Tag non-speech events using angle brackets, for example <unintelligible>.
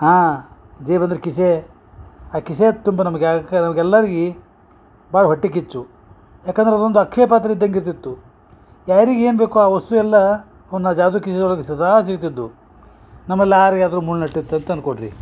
ಹಾಂ ಜೇಬಂದ್ರ ಕಿಸೆ ಆ ಕಿಸೆ ತುಂಬ ನಮ್ಗ ಯಾಕೆ ನಮ್ಗೆಲ್ಲರ್ಗಿ ಭಾಳ್ ಹೊಟ್ಟಿಕಿಚ್ಚು ಯಾಕಂದ್ರ ಅದೊಂದು ಅಕ್ಷಯ್ ಪಾತ್ರೆ ಇದ್ದಂಗ ಇರ್ತಿತ್ತು ಯಾರಿಗ ಏನು ಬೇಕು ಆ ವಸ್ತು ಎಲ್ಲಾ ಅವನ್ನ ಜಾದು ಕಿಸಿ ಒಳಗ ಸದಾ ಸಿಗ್ತಿದ್ವು ನಮ ಲಾರಿ ಆದರು <unintelligible> ಅಂತ ಅನ್ಕೊಳ್ರಿ